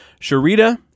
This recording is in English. Sharita